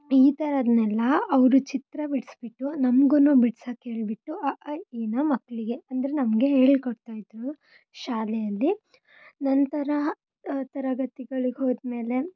ಈ ಥರದ್ದನ್ನೆಲ್ಲ ಅವರು ಚಿತ್ರ ಬಿಡಿಸ್ಬಿಟ್ಟು ನಮ್ಗೂ ಬಿಡ್ಸಕ್ಕೆ ಹೇಳಿಬಿಟ್ಟು ಅ ಆ ಇ ಈ ನ ಮಕ್ಕಳಿಗೆ ಅಂದರೆ ನಮಗೆ ಹೇಳಿ ಕೊಡ್ತಾ ಇದ್ದರು ಶಾಲೆಯಲ್ಲಿ ನಂತರ ತರಗತಿಗಳಿಗೆ ಹೋದಮೇಲೆ